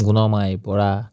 Gunmai Bora